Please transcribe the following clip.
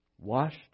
Washed